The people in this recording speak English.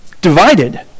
divided